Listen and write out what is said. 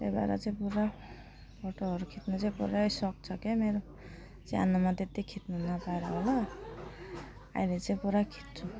त्यही भएर चाहिँ पुरा फोटोहरू खिच्नु चाहिँ पुरा सोक छ क्या मेरो सानोमा त्यति खिच्नु नपाएर होला अहिले चाहिँ पुरा खिच्छु